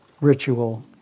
ritual